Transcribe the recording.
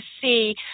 see